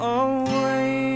away